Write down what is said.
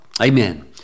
Amen